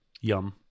Yum